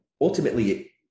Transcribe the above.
ultimately